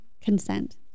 consent